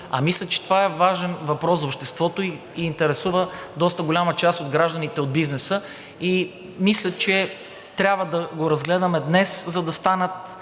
А мисля, че това е важен въпрос за обществото и интересува доста голяма част от гражданите и от бизнеса. Мисля, че трябва да го разгледаме днес, за да станат